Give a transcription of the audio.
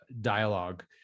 dialogue